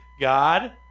God